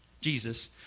Jesus